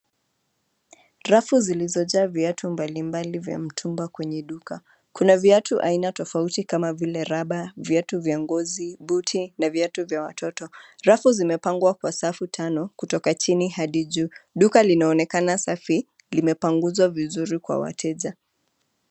Rafu zilizojaa viatu mbalimbali vya mtumba kwenye duka. Kuna viatu aina tofauti kama vile rubber viatu vya ngozi, buti, na viatu vya watoto. Rafu zimepangwa kwa safu tano kutoka chini hadi juu. Duka linaonekana safi, limepanguzwa vizuri kwa wateja.